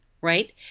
right